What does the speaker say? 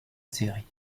série